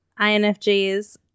INFJs